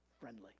friendly